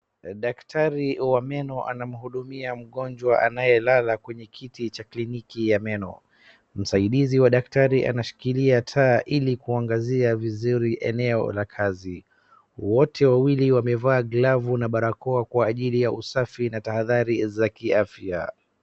Daktari wa meno anamhudumia mgonjwa anayelala kwenye kiti cha kliniki ya meno. Msaidizi wa dakatari anashikilia taa ilikuangazia vizuri eneo la kazi. Wote wawili wamevaa glovu na barakoa kwa ajili ya usafi na tahadhari za kiafya.